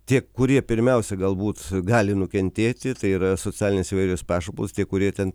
tie kurie pirmiausia galbūt gali nukentėti tai yra socialinės įvairios pašalpos tie kurie ten